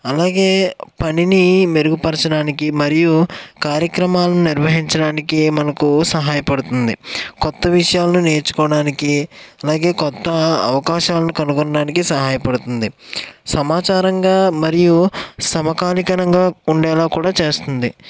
అలాగే పనిని మెరుగుపరచడానికి మరియు కార్యక్రమాలను నిర్వహించడానికి మనకు సహాయపడుతుంది కొత్త విషయాలు నేర్చుకోడానికి అలాగే కొత్త అవకాశాలు కనుగొనడానికి సహాయపడుతుంది సమాచారంగా మరియు సమకాలికంగా ఉండేలాగా కూడా చేస్తుంది